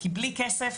כי בלי כסף,